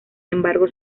embargo